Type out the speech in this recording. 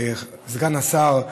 סגן השר,